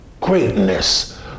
greatness